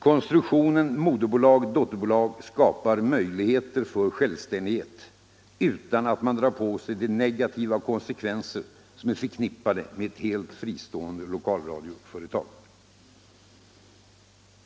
Konstruktionen moderbolag-dotterbolag skapar möjligheter för självständighet — utan att man drar på sig de negativa konsekvenser som är förknippade med ett helt fristående lokalradioföretag.